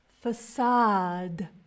Facade